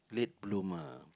late bloomer